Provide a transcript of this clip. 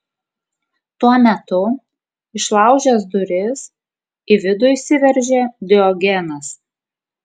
tuo metu išlaužęs duris į vidų įsiveržė diogenas